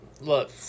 look